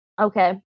Okay